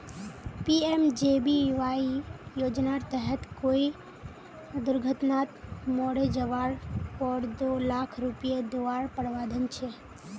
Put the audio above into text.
PMJBY योज्नार तहत कोए दुर्घत्नात मोरे जवार पोर दो लाख रुपये दुआर प्रावधान छे